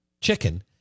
chicken